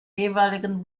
jeweiligen